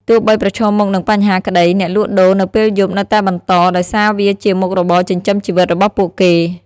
ទោះបីប្រឈមមុខនឹងបញ្ហាក្ដី អ្នកលក់ដូរនៅពេលយប់នៅតែបន្ត ដោយសារវាជាមុខរបរចិញ្ចឹមជីវិតរបស់ពួកគេ។